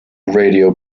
radio